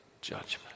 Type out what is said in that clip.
judgment